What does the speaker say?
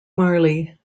marley